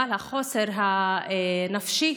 אבל החוסן הנפשי,